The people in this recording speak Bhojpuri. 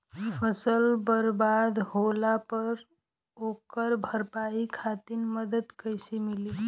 फसल बर्बाद होला पर ओकर भरपाई खातिर मदद कइसे मिली?